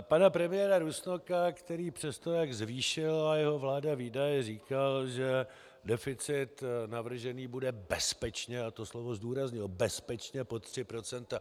pana premiéra Rusnoka, který přes to, jak zvýšila jeho vláda výdaje, říkal, že deficit navržený bude bezpečně a to slovo zdůraznil bezpečně pod 3 %.